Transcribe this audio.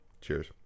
cheers